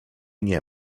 nie